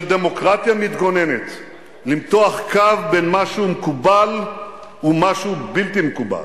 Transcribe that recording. דמוקרטיה מתגוננת למתוח קו בין מה שמקובל ומה שהוא בלתי מקובל.